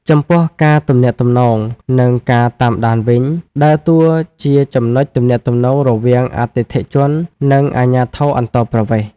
ចំពោះ ការទំនាក់ទំនង និងការតាមដានវិញ ដើរតួជាចំណុចទំនាក់ទំនងរវាងអតិថិជន និងអាជ្ញាធរអន្តោប្រវេសន៍។